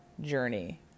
journey